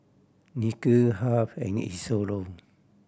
Nikhil Harve and Isidro